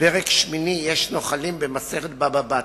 פרק שמיני, "יש נוחלין", במסכת בבא בתרא.